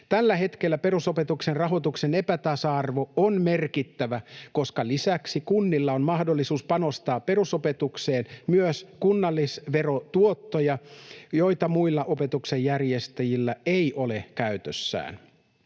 Tällä hetkellä perusopetuksen rahoituksen epätasa-arvo on merkittävä, koska lisäksi kunnilla on mahdollisuus panostaa perusopetukseen myös kunnallisverotuottoja, joita muilla opetuksenjärjestäjillä ei ole käytössään.